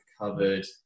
covered